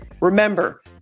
Remember